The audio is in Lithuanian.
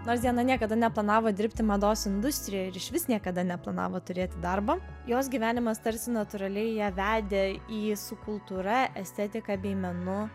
nors diana niekada neplanavo dirbti mados industrijoje ir išvis niekada neplanavo turėti darbo jos gyvenimas tarsi natūraliai ją vedė į su kultūra estetika bei menu